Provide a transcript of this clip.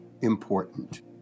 important